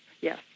Yes